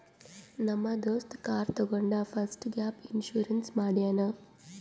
ನಮ್ ದೋಸ್ತ ಕಾರ್ ತಗೊಂಡ್ ಫಸ್ಟ್ ಗ್ಯಾಪ್ ಇನ್ಸೂರೆನ್ಸ್ ಮಾಡ್ಯಾನ್